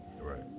right